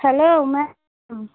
hello ma'am